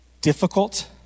difficult